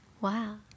Wow